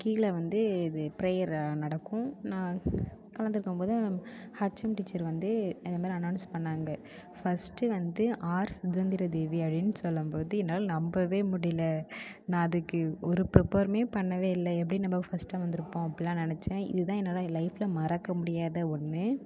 கீழே வந்து இது பிரேயர் நடக்கும் நான் கலந்துக்கும்போது ஹச்எம் டீச்சர் வந்து இதை மாதிரி அனௌன்ஸ் பண்ணாங்க ஃபர்ஸ்ட்டு வந்து ஆர் சுதந்திரதேவி அப்படின்னு சொல்லம்போது என்னால் நம்பவே முடியல நான் அதுக்கு ஒரு பிரிப்பருமே பண்ணவே இல்லை எப்படி நம்ப ஃபர்ஸ்ர்ட்டா வந்துயிருப்போம் அப்படிலா நினச்சேன் இதுதான் என்னோட லைஃப்பில் மறக்க முடியாத ஒன்று